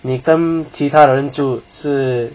你跟其他人住是